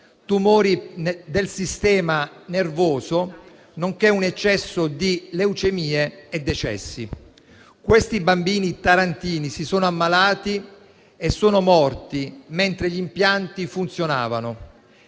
tumori del sistema nervoso, nonché un eccesso di leucemie e decessi. Quei bambini tarantini si sono ammalati e sono morti mentre gli impianti funzionavano